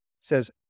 says